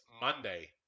Monday